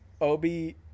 Obi